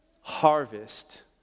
harvest